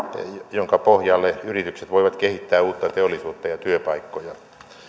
jonka pohjalle yritykset voivat kehittää uutta teollisuutta ja työpaikkoja